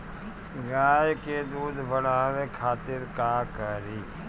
गाय के दूध बढ़ावे खातिर का करी?